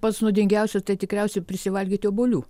pats nuodingiausias tai tikriausiai prisivalgyti obuolių